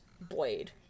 Blade